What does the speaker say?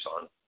on